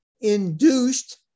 induced